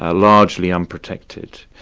ah largely unprotected,